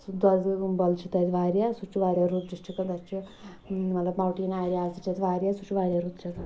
چھِ تتہِ واریاہ سُہ تہِ چُھ واریاہ رُت ڈسٹرک تتہِ چھِ مطلب موٹین ایریاز تہِ چھِ تتہِ واریاہ سُہ چھُ واریاہ رُت جگہ